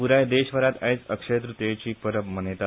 पुराय देशभरात आयज अक्षयत्रतीयेची परब मनयतात